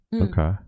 okay